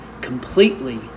completely